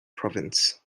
province